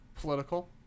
Political